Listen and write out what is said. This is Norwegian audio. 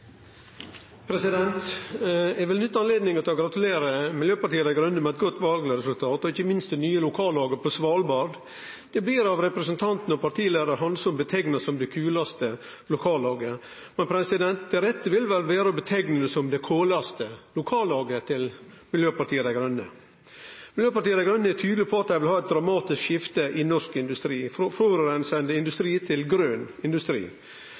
Eg vil nytte anledninga til å gratulere Miljøpartiet Dei Grøne med eit godt valresultat og ikkje minst med det nye lokalpartiet på Svalbard. Det blir av representanten og partitalsmann Hansson omtala som «det kulaste» lokallaget, men det rette ville vel vere å omtale det som «det kolaste» lokallaget til Miljøpartiet Dei Grøne. Miljøpartiet Dei Grøne er tydelege på at dei vil ha eit dramatisk skifte i norsk industri, frå forureinande industri til grøn industri,